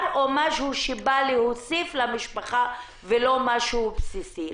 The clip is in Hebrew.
או משהו שבא להוסיף למשפחה ולא משהו בסיסי.